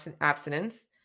abstinence